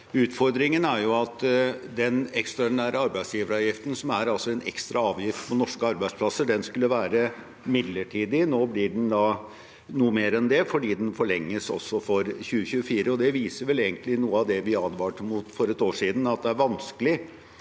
Utfordringen er jo at den ekstraordinære arbeidsgiveravgiften, som er en ekstra avgift på norske arbeidsplasser, skulle være midlertidig. Nå blir den noe mer enn det fordi den forlenges for 2024, og det viser vel egentlig noe av det vi advarte mot for et år siden, at det er vanskelig